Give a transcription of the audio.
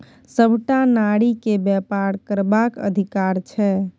सभटा नारीकेँ बेपार करबाक अधिकार छै